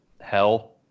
hell